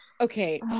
Okay